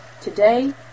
today